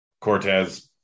Cortez